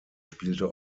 spielte